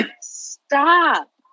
stop